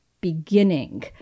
beginning